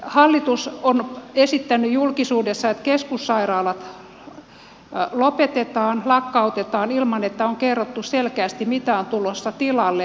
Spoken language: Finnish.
hallitus on esittänyt julkisuudessa että keskussairaalat lopetetaan lakkautetaan ilman että on kerrottu selkeästi mitä on tulossa tilalle